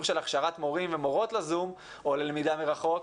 של הכשרת מורים ומורות לזום או ללמידה מרחוק,